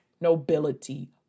nobility